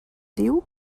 diu